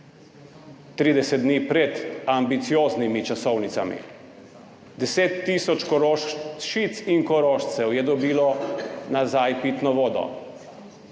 30 dni pred ambicioznimi časovnicami. 10 tisoč Korošic in Korošcev je dobilo nazaj pitno vodo,